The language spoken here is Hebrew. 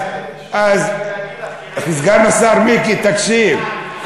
אז, סגן השר מיקי, תקשיב.